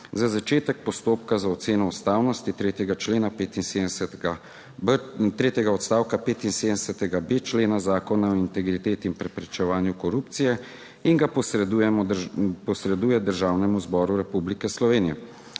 za začetek postopka za oceno ustavnosti 3. člena 75.b, in tretjega odstavka 75.b člena Zakona o integriteti in preprečevanju korupcije in ga posreduje Državnemu zboru Republike Slovenije.